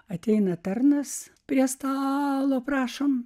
ateina tarnas prie stalo prašom